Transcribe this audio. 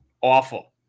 Awful